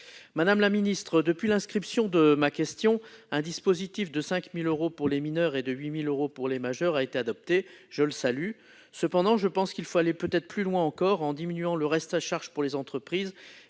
Madame la ministre, depuis l'inscription à l'ordre du jour de ma question, un dispositif de 5 000 euros pour les mineurs et de 8 000 euros pour les majeurs a été adopté ; je le salue, mais je pense qu'il faut aller plus loin encore, en diminuant le reste à charge pour les entreprises